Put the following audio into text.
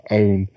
own